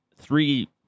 three